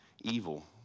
evil